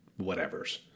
whatevers